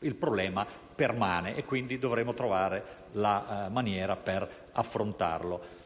il problema rimane, per cui dovremo trovare la maniera di affrontarlo.